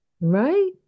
Right